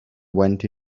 went